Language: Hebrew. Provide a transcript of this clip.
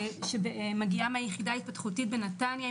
שמגיעה מהיחידה ההתפתחותית בנתניה,